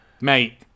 Mate